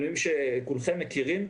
אני מבין שכולכם מכירים.